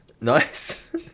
Nice